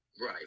right